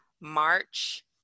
March